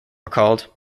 recalled